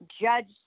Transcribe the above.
judge